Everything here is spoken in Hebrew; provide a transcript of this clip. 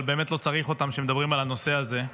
אבל באמת לא צריך אותם כשמדברים על הנושא הזה.